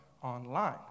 online